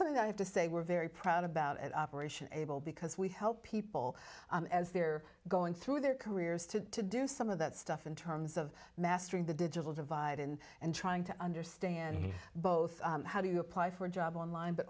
something i have to say we're very proud about at operation able because we help people as they're going through their careers to to do some of that stuff in terms of mastering the digital divide and and trying to understand both how do you apply for jobs online but